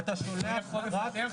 דיברתי על זה כבר פעם.